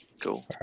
Cool